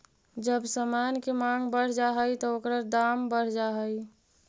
जब समान के मांग बढ़ जा हई त ओकर दाम बढ़ जा हई